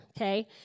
okay